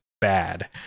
bad